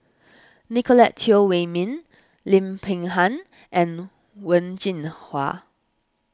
Nicolette Teo Wei Min Lim Peng Han and Wen Jinhua